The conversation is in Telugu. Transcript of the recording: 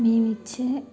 మేము ఇచ్చే